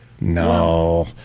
No